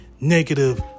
negative